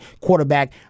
quarterback